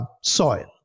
soil